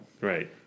Right